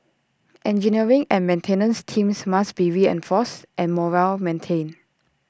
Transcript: engineering and maintenance teams must be reinforced and morale maintained